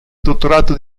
dottorato